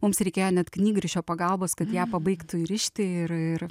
mums reikėjo net knygrišio pagalbos kad ją pabaigtų įrišti ir ir